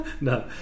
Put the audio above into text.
No